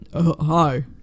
hi